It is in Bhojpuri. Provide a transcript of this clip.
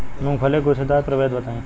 मूँगफली के गूछेदार प्रभेद बताई?